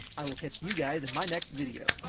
i will catch you guys in my next video.